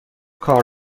کار